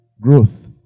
growth